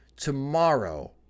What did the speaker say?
tomorrow